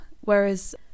whereas